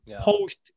post